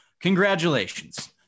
Congratulations